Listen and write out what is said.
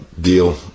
deal